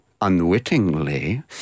unwittingly